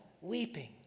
weeping